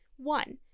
One